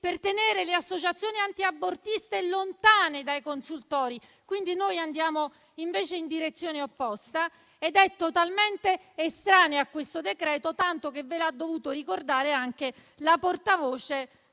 per tenere le associazioni antiabortiste lontane dai consultori, mentre noi andiamo nella direzione opposta. Peraltro, è una materia totalmente estranea a questo decreto, tanto che ve l'ha dovuto ricordare anche la portavoce